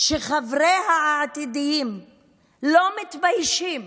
שחבריה העתידיים לא מתביישים